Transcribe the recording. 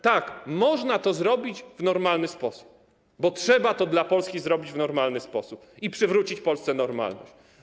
Tak, można to zrobić w normalny sposób, bo trzeba to dla Polski zrobić w normalny sposób i przywrócić Polsce normalność.